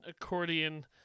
accordion